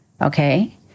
okay